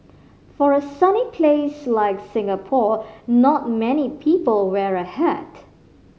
for a sunny place like Singapore not many people wear a hat